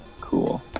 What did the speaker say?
Cool